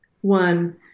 One